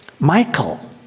Michael